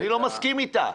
אני לא מסכים איתה,